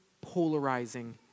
polarizing